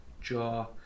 jar